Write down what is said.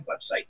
website